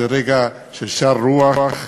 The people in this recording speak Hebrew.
זה רגע של שאר רוח,